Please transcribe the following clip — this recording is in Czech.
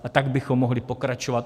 A tak bychom mohli pokračovat.